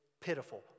pitiful